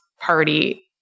party